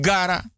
Gara